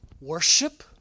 worship